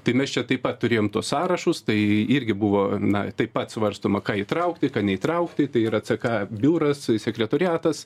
tai mes čia taip pat turėjom tuos sąrašus tai irgi buvo na taip pat svarstoma ką įtraukti ką neįtraukti tai yra ck biuras sekretoriatas